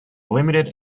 limited